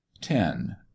Ten